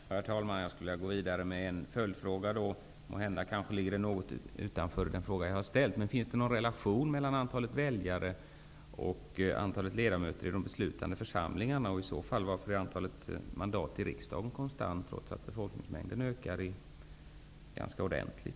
Herr talman! Jag skulle vilja ställa ytterligare en följdfråga, även om det jag undrar över måhända ligger litet utanför här: Finns det någon relation mellan antalet väljare och antalet ledamöter i de beslutande församlingarna? Och varför är i så fall antalet mandat i riksdagen konstant, trots att folkmängden i Sverige ökar ganska ordentligt?